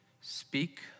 Speak